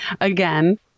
Again